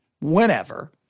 whenever